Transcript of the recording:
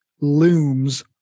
looms